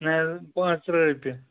نَہ حَظ پانژھ تٕرٕہ رۄپیہِ